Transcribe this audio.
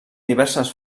diverses